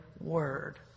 word